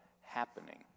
happening